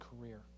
career